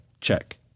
check